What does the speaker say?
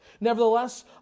Nevertheless